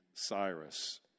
Cyrus